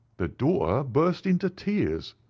the daughter burst into tears.